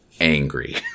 angry